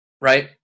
right